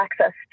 access